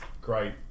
Great